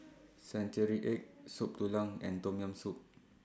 Century Egg Soup Tulang and Tom Yam Soup